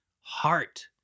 heart